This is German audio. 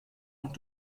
und